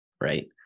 right